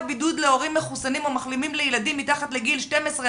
בידוד להורים מחוסנים או מחלימים לילדים מתחת לגיל 12,